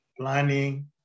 planning